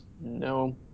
No